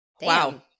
Wow